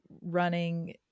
running